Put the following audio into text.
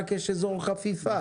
רק יש אזור חפיפה.